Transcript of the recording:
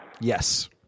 Yes